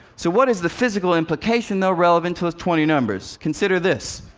so what is the physical implication, though, relevant to those twenty numbers? consider this.